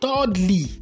thirdly